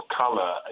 color